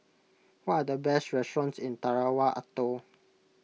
what are the best restaurants in Tarawa Atoll